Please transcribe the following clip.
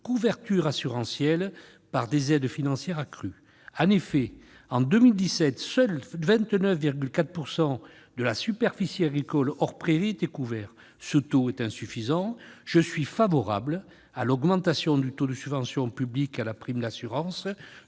couverture assurantielle par des aides financières accrues. En effet, en 2017, seulement 29,4 % de la superficie agricole hors prairies étaient couverts. Ce taux est insuffisant ! Je suis favorable à l'augmentation de 65 % à 70 % du taux de subvention publique à la prime d'assurance